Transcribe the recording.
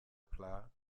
plat